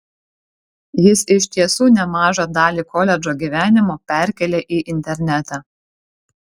jis iš tiesų nemažą dalį koledžo gyvenimo perkėlė į internetą